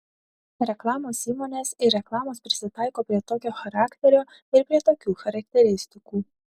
reklamos įmonės ir reklamos prisitaiko prie tokio charakterio ir prie tokių charakteristikų